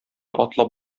атлап